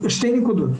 בשתי נקודות.